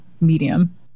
medium